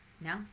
No